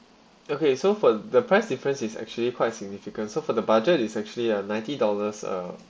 okay so for the price difference it's actually quite significant for the budget is actually uh ninety dollars uh